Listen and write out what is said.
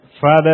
Father